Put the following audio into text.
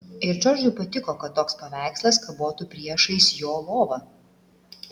ir džordžui patiko kad toks paveikslas kabotų priešais jo lovą